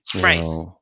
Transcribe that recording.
right